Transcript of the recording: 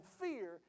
fear